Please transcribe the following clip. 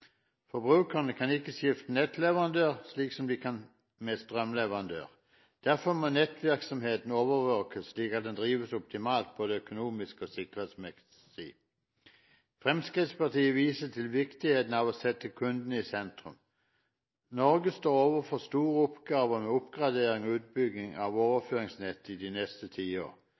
Forbrukerne kan ikke skifte nettleverandør, slik som de kan med strømleverandør. Derfor må nettvirksomheten overvåkes, slik at den drives optimalt både økonomisk og sikkerhetsmessig. Fremskrittspartiet viser til viktigheten av å sette kunden i sentrum. Norge står overfor store oppgaver med oppgradering og utbygging av overføringsnett i de neste tiår.